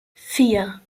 vier